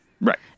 right